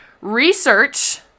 research